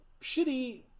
shitty